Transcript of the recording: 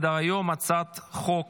אני קובע כי הצעת חוק